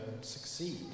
succeed